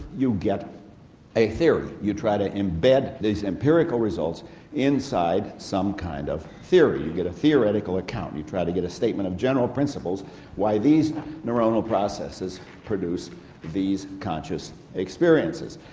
you get a theory you try to embed these empirical results inside some kind of theory. you get a theoretical account you try to get a statement of general principles why these neuronal processes produce these conscious experiences.